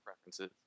preferences